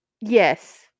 Yes